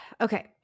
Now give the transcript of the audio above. okay